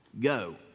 Go